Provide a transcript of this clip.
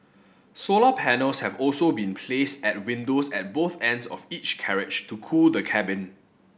solar panels have also been placed at windows at both ends of each carriage to cool the cabin